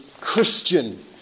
Christian